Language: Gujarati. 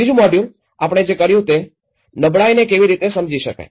બીજું મોડ્યુલ આપણે જે કર્યું તે હતું નબળાઈને કેવી રીતે સમજી શકાય